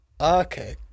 Okay